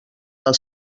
del